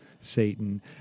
Satan